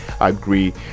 agree